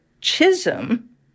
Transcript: Chisholm